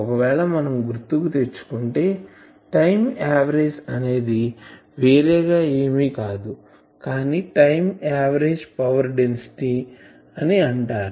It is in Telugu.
ఒకవేళ మనం గుర్తుకు తెచ్చుకుంటే టైం ఆవేరేజ్ అనేది వేరేగా ఏమి కాదు కానీ టైం ఆవరేజ్ పవర్ డెన్సిటీ అని అంటారు